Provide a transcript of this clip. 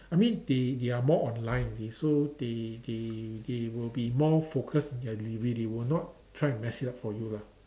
I mean they they are more online you see so they they they will be more focused on their delivery they will not try to mess it up for you lah